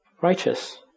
righteous